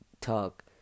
talk